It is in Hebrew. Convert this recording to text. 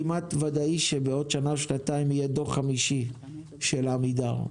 כמעט ודאי שבעוד שנה או שנתיים יהיה דוח חמישי של עמידר.